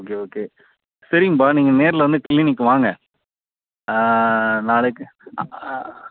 okay okay சரிங்கப்பா நீங்கள் நேரில் வந்து க்ளீனிக்கு வாங்க நாளைக்கு ஆ